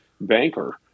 banker